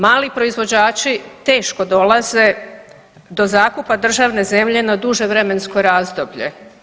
Mali proizvođači teško dolaze do zakupa državne zemlje na duže vremensko razdoblje.